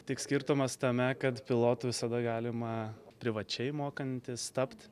tik skirtumas tame kad pilotu visada galima privačiai mokantis tapt